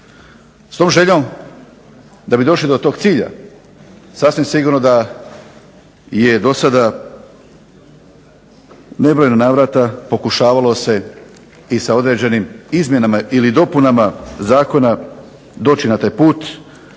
S tom željom, da bi došli do tog cilja sasvim sigurno da je do sada u nebrojeno navrata se pokušavalo i sa određenim izmjenama i dopunama toga zakona doći na taj put,